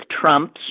Trump's